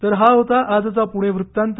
तर हा होता आजचा पूणे वृत्तांत